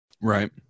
Right